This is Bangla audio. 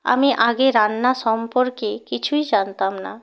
আমি আগে রান্না সম্পর্কে কিছুই জানতাম না